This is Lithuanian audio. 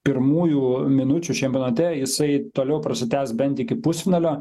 pirmųjų minučių čempionate jisai toliau prasitęs bent iki pusfinalio